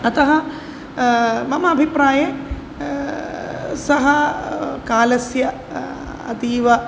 अतः मम अभिप्राये सः कालस्य अतीव